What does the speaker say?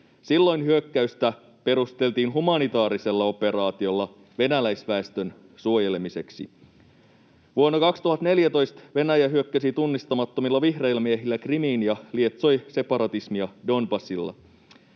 Silloin hyökkäystä perusteltiin humanitaarisella operaatiolla venäläisväestön suojelemiseksi. Vuonna 2014 Venäjä hyökkäsi tunnistamattomilla vihreillä miehillä Krimiin ja lietsoi separatismia Donbasilla.